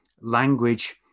language